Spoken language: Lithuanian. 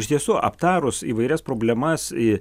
iš tiesų aptarus įvairias problemas į